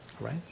right